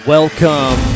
Welcome